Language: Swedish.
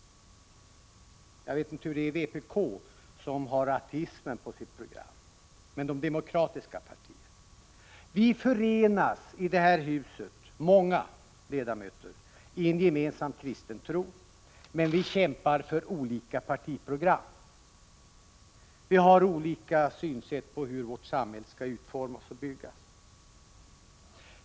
Jag vet inte hur det är i vpk, som har ateismen på sitt program, men jag vet hur det är i de demokratiska partierna. Vi är många ledamöter i det här huset som förenas i en gemensam kristen tro, men vi kämpar för olika partiprogram. Vi har olika syn på hur vårt samhälle skall utformas och byggas.